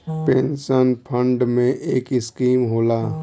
pension fund में एक scheme होला